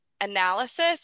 analysis